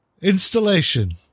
Installation